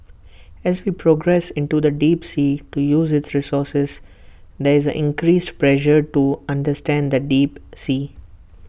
as we progress into the deep sea to use its resources there is increased pressure to understand the deep sea